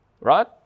Right